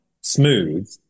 smooth